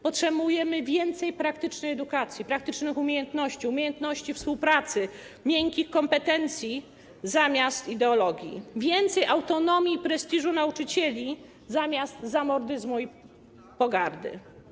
Potrzebujemy więcej praktycznej edukacji, praktycznych umiejętności, umiejętności współpracy, miękkich kompetencji zamiast ideologii, więcej autonomii i prestiżu nauczycieli zamiast zamordyzmu i pogardy.